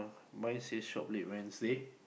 mine says shop late Wednesday